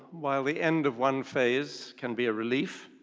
while the end of one phase can be a relief,